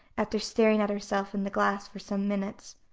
after staring at herself in the glass for some minutes.